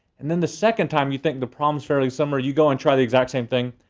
and then the second time you think the problem's fairly similar. you go and try the exact same thing,